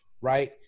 right